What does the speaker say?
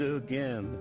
again